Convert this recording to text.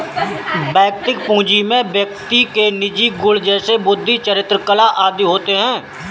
वैयक्तिक पूंजी में व्यक्ति के निजी गुण जैसे बुद्धि, चरित्र, कला आदि होते हैं